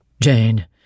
Jane